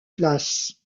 places